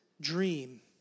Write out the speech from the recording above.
dream